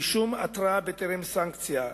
רישום התראה בטרם סנקציה,